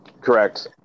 correct